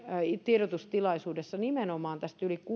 tiedotustilaisuudessa nimenomaan yli